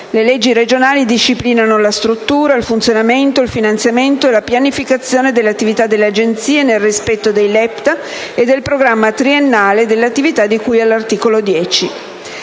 Le leggi regionali disciplinano la struttura, il funzionamento, il finanziamento e la pianificazione delle attività delle Agenzie, nel rispetto dei LEPTA e del programma triennale delle attività di cui all'articolo 10.